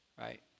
Right